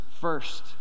first